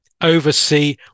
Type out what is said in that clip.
oversee